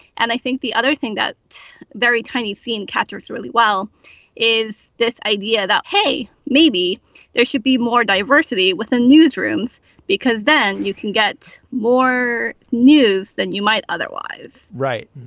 and i think the other thing that very tiny scene captures really well is this idea that hey maybe there should be more diversity within newsrooms because then you can get more news than you might otherwise right.